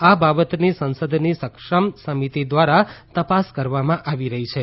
આ બાબતની સંસદની સક્ષમ સમીતિ દ્વારા તપાસ કરવામાં આવી રહી છે